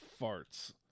farts